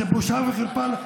זו בושה וחרפה.